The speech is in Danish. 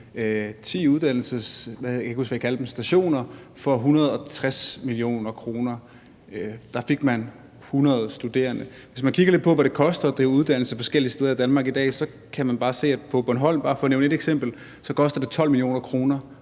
så vidt jeg husker – for 160 mio. kr. Der fik man 100 studerende. Hvis man kigger lidt på, hvad det koster at drive uddannelse forskellige steder i Danmark i dag, kan man se, at på Bornholm, bare for at nævne ét eksempel, koster det 12 mio. kr.